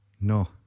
No